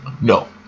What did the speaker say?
No